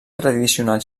tradicional